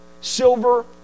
silver